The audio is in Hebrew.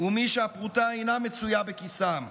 ומי שהפרוטה אינה מצויה בכיסם.